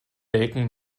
melken